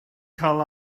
cael